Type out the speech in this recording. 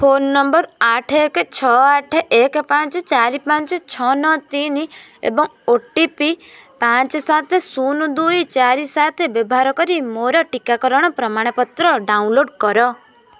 phone number ଆଠ ଏକ ଛଅ ଆଠ ଏକ ପାଞ୍ଚ ଚାରି ପାଞ୍ଚ ଛଅ ନଅ ତିନି ଏବଂ ଓ ଟି ପି ପାଞ୍ଚ ସାତ ଶୂନ ଦୁଇ ଚାରି ସାତ ବ୍ୟବହାର କରି ମୋର ଟିକାକରଣ ପ୍ରମାଣପତ୍ର ଡାଉନଲୋଡ଼୍ କର